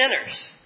sinners